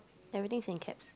everything is in caps